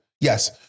yes